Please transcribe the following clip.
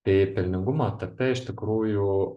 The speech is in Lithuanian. tai pelningumo etape iš tikrųjų